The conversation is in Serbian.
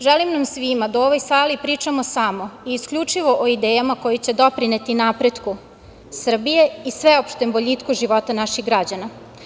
Želim nam svima da u ovoj sali pričamo samo i isključivo o idejama koje će doprineti napretku Srbije i sveopštem boljitku života naših građana.